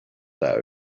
there